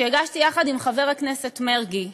שהגשתי יחד עם חבר הכנסת מרגי,